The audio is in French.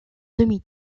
demi